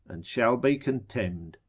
and shall be contemned.